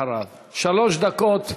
שלוש דקות,